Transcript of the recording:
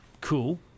cool